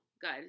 good